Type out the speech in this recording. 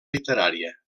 literària